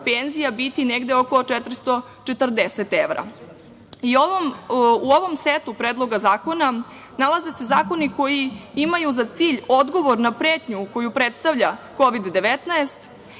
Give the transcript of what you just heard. penzija biti negde oko 440 evra.U ovom setu predloga zakona se nalaze zakoni koji imaju za cilj odgovor na pretnju koju predstalja Kovid 19,